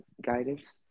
guidance